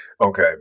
Okay